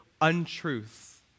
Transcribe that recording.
untruth